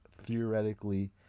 theoretically